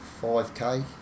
5K